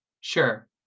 Sure